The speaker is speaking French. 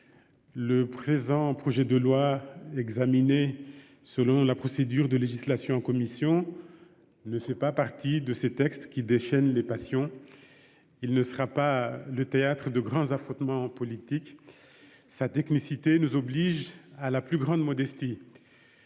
le présent projet de loi, examiné selon la procédure de législation en commission, ne fait pas partie de ces textes qui déchaînent les passions. Il ne donnera pas lieu à de grands affrontements politiques. Sa technicité nous oblige à la plus grande modestie.